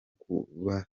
kubakwa